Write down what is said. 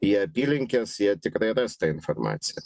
į apylinkes jie tikrai ras tą informaciją